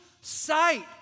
sight